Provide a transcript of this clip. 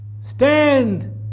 Stand